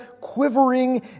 quivering